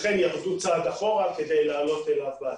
לכן הלכו צעד אחורה כדי לעלות בעתיד.